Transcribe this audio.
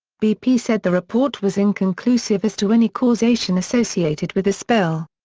bp said the report was inconclusive as to any causation associated with the spill.